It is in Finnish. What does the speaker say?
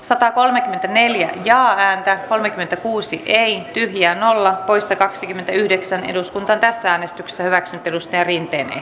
satakolmekymmentäneljä ja ääntä kolmekymmentäkuusi ei ylitä nolla poissa kaksikymmentäyhdeksän eduskunta tässä äänestyksessä hyväksytty lusterin tee